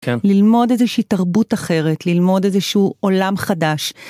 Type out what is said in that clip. ללמוד איזושהי תרבות אחרת ללמוד איזשהו עולם חדש.